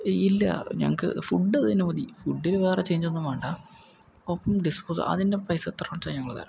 ഇല്ല ഞങ്ങൾക്ക് ഫുഡ് അത് തന്നെ മതി ഫുഡിന് വേറെ ചേഞ്ചൊന്നും വേണ്ട കപ്പും ഡിസ്പോസും അതിൻ്റെ പൈസ എത്രയാന്ന് വച്ച് കഴിഞ്ഞാൽ തരാം